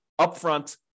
upfront